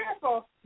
careful